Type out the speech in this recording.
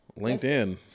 linkedin